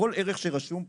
כל ערך שרשום פה,